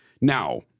Now